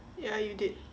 ya you did